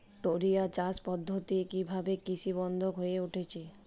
টোরিয়া চাষ পদ্ধতি কিভাবে কৃষকবান্ধব হয়ে উঠেছে?